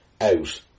out